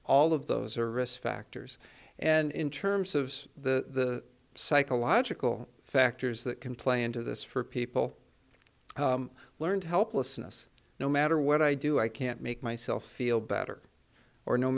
all of those are risk factors and in terms of the psychological factors that can play into this for people learned helplessness no matter what i do i can't make myself feel better or no